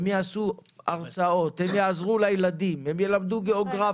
הם יעשו הרצאות, יעזרו לילדים, ילמדו גיאוגרפיה.